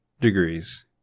degrees